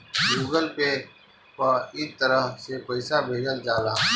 Google Pay पअ इ तरह से पईसा भेजल जाला